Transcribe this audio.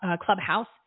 Clubhouse